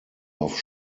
auf